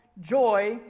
joy